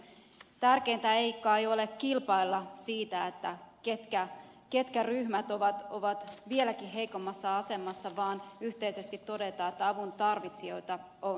tärkeintä ei kai ole kilpailla siitä mitkä ryhmät ovat vieläkin heikommassa asemassa vaan yhteisesti todeta että avuntarvitsijoita on monia